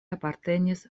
apartenis